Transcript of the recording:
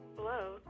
Hello